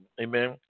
amen